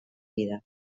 vida